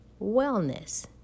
wellness